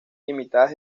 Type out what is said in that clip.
limitadas